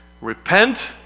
repent